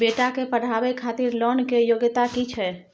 बेटा के पढाबै खातिर लोन के योग्यता कि छै